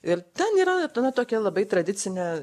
ir ten yra na tokia labai tradicinė